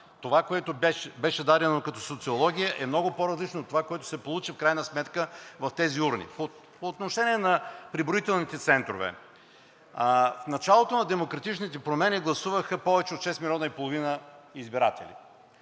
Това, което беше дадено като социология, е много по-различно от това, което се получи в крайна сметка в тези урни. По отношение на преброителните центрове. В началото на демократичните промени гласуваха повече от 6,5 милиона избиратели.